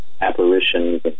apparitions